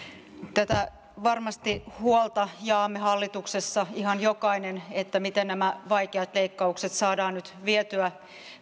puhemies varmasti jaamme hallituksessa ihan jokainen tämän huolen miten nämä vaikeat leikkaukset saadaan nyt vietyä